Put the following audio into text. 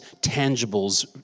tangibles